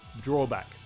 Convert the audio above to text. drawback